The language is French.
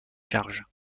charges